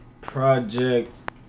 project